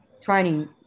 training